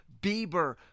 Bieber